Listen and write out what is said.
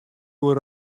oer